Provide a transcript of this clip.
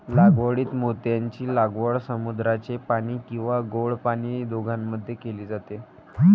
लागवडीत मोत्यांची लागवड समुद्राचे पाणी किंवा गोड पाणी दोघांमध्ये केली जाते